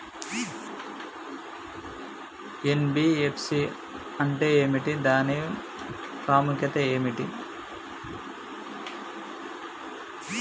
NBFC అంటే ఏమిటి దాని ప్రాముఖ్యత ఏంటిది?